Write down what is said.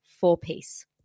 four-piece